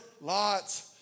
Lot's